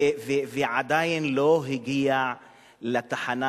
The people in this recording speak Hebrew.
ועדיין לא הגיע לתחנה